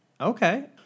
Okay